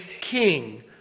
king